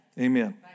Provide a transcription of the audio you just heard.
Amen